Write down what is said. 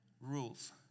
rules